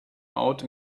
out